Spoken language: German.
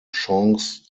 chance